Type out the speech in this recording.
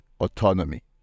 autonomy